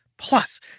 Plus